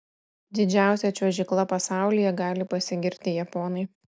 didžiausia čiuožykla pasaulyje gali pasigirti japonai